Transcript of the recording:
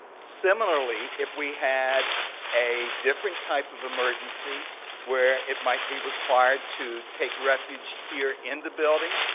similarly if we had a different type of emergency where it might be required to take refuge here in the building,